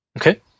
Okay